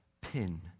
Pin